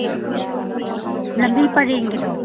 ꯎꯝ ꯂꯝꯕꯤ ꯄꯔꯦꯡꯒꯤꯗꯣ